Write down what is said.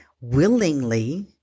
willingly